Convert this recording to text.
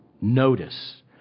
notice